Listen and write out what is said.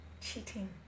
Cheating